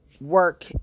work